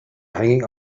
hanging